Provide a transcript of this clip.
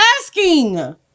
asking